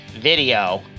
video